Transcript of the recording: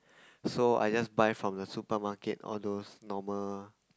so I just buy from the supermarket all those normal